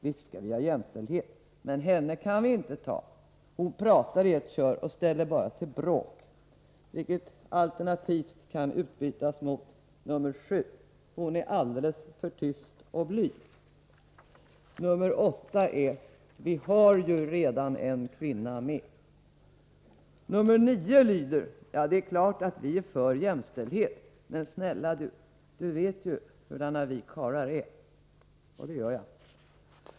Visst skall vi ha jämställdhet, men henne kan vi inte ta. Hon pratar i ett kör och ställer bara till bråk. Detta kan alternativt utbytas mot 7. Hon är alldeles för tyst och blyg. 8. Vi har ju redan en kvinna med. 9. Det är klart att vi är för jämställdhet men, snälla du, du vet ju hurdana vi karlar är — och det gör jag.